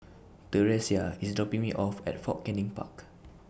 Theresia IS dropping Me off At Fort Canning Park